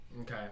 Okay